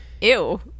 Ew